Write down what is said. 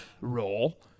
role